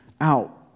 out